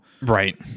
right